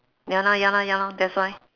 ya lor ya lor ya lor that's why